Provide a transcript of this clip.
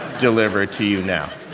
deliver it to you now.